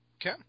Okay